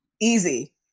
Easy